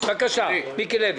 בבקשה, מיקי לוי.